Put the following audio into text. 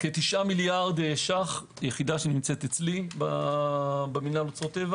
כ-9 מיליארד ₪- יחידה שנמצאת אצלי במינהל אוצרות טבע